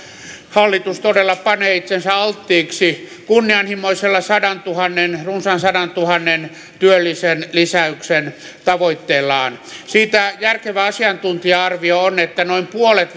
hallitus todella panee itsensä alttiiksi kunnianhimoisella runsaan sadantuhannen työllisen lisäyksen tavoitteellaan siitä järkevä asiantuntija arvio on että noin puolet